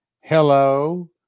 hello